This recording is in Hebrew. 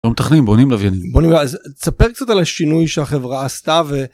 לא מתכננים בונים לוויינים בונים אז ספר קצת על השינוי שהחברה עשתה.